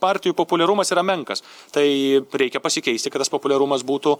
partijų populiarumas yra menkas tai reikia pasikeisti kad tas populiarumas būtų